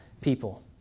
people